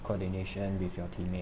coordination with your teammate